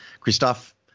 Christophe